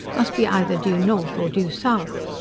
must be either due north, or due south.